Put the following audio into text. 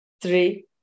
Three